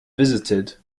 visited